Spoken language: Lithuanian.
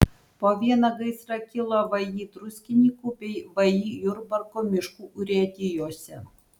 po vieną gaisrą kilo vį druskininkų bei vį jurbarko miškų urėdijose